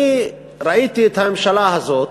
אני ראיתי את הממשלה הזאת,